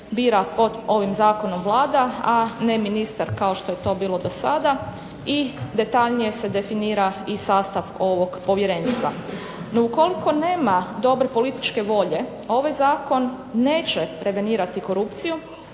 bira pod ovim zakonom Vlada, a ne ministar kao što je to bilo do sada i detaljnije se definira i sastav ovog povjerenstva. No ukoliko nema dobre političke volje ovaj zakon neće prevenirati korupciju,